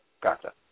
Gotcha